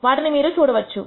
వాటిని మీరు చూడవచ్చు